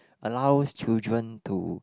allows children to